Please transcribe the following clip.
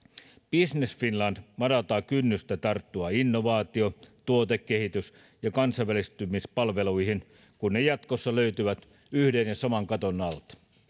business finland madaltaa kynnystä tarttua innovaatio tuotekehitys ja kansainvälistymispalveluihin kun ne jatkossa löytyvät yhden ja saman katon alta